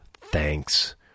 thanks